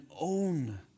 own